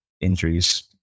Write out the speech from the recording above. injuries